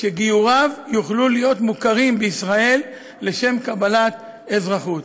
שגיוריו יוכלו להיות מוכרים בישראל לשם קבלת אזרחות.